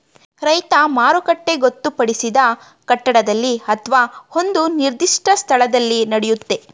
ರೈತ ಮಾರುಕಟ್ಟೆ ಗೊತ್ತುಪಡಿಸಿದ ಕಟ್ಟಡದಲ್ಲಿ ಅತ್ವ ಒಂದು ನಿರ್ದಿಷ್ಟ ಸ್ಥಳದಲ್ಲಿ ನಡೆಯುತ್ತೆ